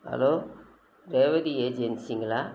hello Revathi ஏஜென்சிங்களா